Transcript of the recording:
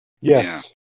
Yes